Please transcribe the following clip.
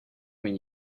when